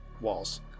walls